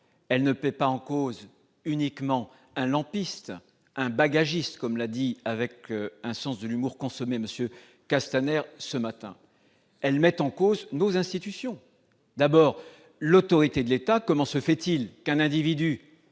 pas simplement en cause un individu, un lampiste, un « bagagiste », comme l'a dit avec un sens de l'humour consommé M. Castaner ce matin. Elle met en cause nos institutions et, d'abord, l'autorité de l'État. Comment se fait-il qu'un individu